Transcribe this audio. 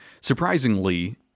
surprisingly